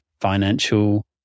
financial